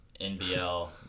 NBL